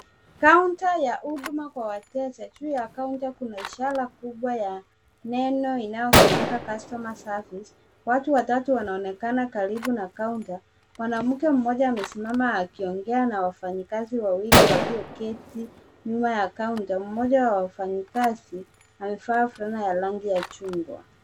Kaunta ya huduma kwa wateja, juu ya kaunta kuna ishara kubwa ya neno inayosomeka customer service , watu watau wanaonekana karibu na kaunta, mwanamke mmoja amesimama akiongea na wafanikazi wawili walioketi nyuma ya kaunta, mmoja wa wafanyikazi amevaa fulana ya rangi ya chungwa.